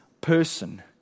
person